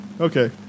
Okay